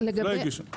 לא הגישו.